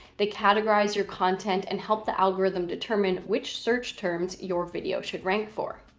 they categorize your content and help the algorithm determine which search terms your video should rank for.